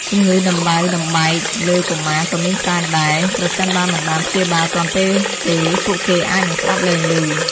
ជម្ងឺដំបៅដំបែកលើកុមារក៏មានច្រើនដែរ ប្រសិនបើមិនបានព្យាបាលទាន់ពេលទេ ពួកគេអាចនឹងស្ដាប់លែងឮ។